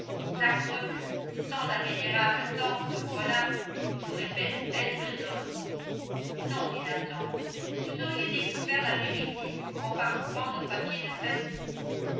sacrebleu sans la vénérable tante que voilà j'aurais fait de belle besogne non dit la tante vous auriez découvert la vérité en parcourant nos papiers de famille